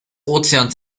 ozeans